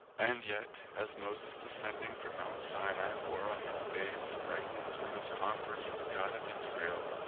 and yet, as moses descending from mount sinai wore on his face a brightness from his converse with the god of israel,